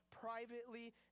privately